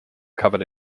covered